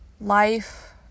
life